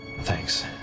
Thanks